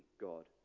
God